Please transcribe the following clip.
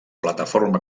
plataforma